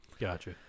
gotcha